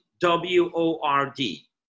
w-o-r-d